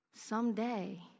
Someday